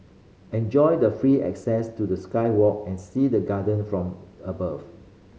enjoy the free access to the sky walk and see the garden from above